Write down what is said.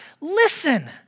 Listen